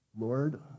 Lord